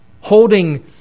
holding